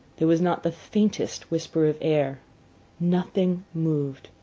there was not the faintest whisper of air nothing moved,